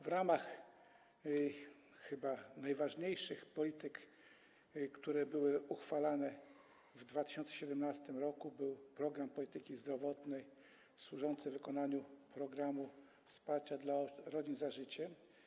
W ramach najważniejszych chyba polityk, które były uchwalone w 2017 r., był program polityki zdrowotnej służący wykonaniu programu wsparcia rodzin „Za życiem”